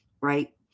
right